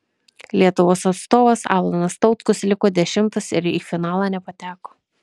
lietuvos atstovas alanas tautkus liko dešimtas ir į finalą nepateko